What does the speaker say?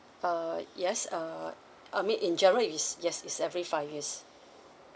uh yes uh I mean in general is yes is every five years